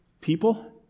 people